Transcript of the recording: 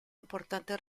importante